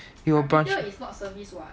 it will branch